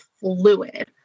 fluid